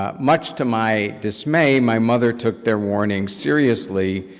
um much to my dismay, my mother took their warning seriously,